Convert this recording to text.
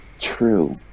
True